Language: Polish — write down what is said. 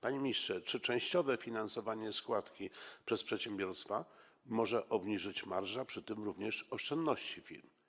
Panie ministrze, czy częściowe finansowanie składki przez przedsiębiorstwa może obniżyć marżę, a przy tym również oszczędności firm?